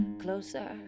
closer